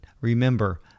remember